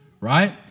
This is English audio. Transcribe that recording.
right